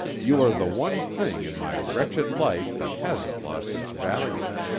you are the one thing in my wretched life that hasn't lost its value.